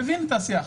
מבין את השיח.